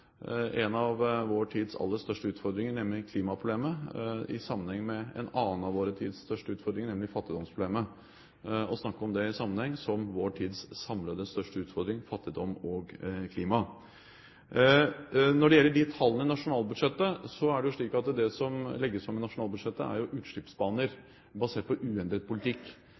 en av vår tids aller største utfordringer, nemlig klimaproblemet, i sammenheng med en annen av vår tids største utfordringer, nemlig fattigdomsproblemet – å snakke om det i sammenheng, som vår tids samlede største utfordring: fattigdom og klima. Når det gjelder de tallene i nasjonalbudsjettet, er det jo slik at det som legges fram der, er utslippsbaner, basert på uendret politikk